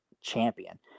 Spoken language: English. champion